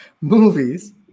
movies